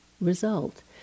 result